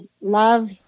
love